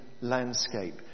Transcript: landscape